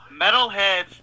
Metalhead's